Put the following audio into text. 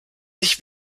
sich